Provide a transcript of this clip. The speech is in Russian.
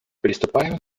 приступаем